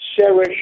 Sarah